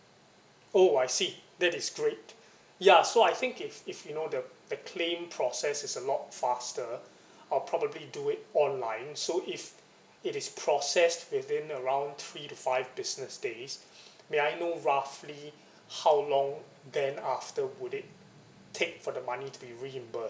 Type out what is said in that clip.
oh I see that is great ya so I think if if you know the claim process is a lot faster I'll probably do it online so if it is processed within around three to five business days may I know roughly how long then after would it take for the money to be reimbursed